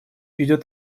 идет